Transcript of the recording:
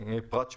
18